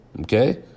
Okay